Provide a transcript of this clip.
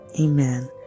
Amen